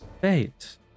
fate